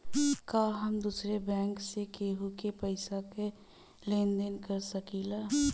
का हम दूसरे बैंक से केहू के पैसा क लेन देन कर सकिला?